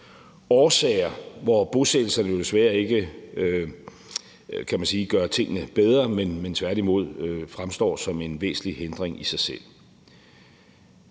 årsager, hvor bosættelserne jo desværre ikke, kan man sige, gør tingene bedre, men tværtimod fremstår som en væsentlig hindring i sig selv.